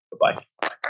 Bye-bye